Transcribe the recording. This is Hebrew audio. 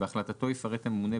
בהחלטתו יפרט הממונה,